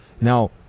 Now